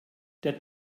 der